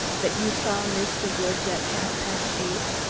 that you saw mr. woods at half past eight?